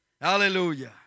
Hallelujah